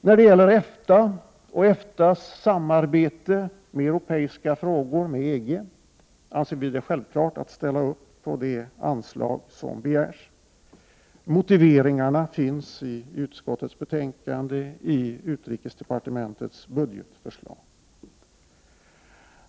När det gäller EFTA och EFTA:s samarbete i europeiska frågor med EG anser vi det självklart att ställa upp på det anslag som begärts. Motiveringarna finns i utskottets betänkande och i utrikesdepartementets budgetförslag.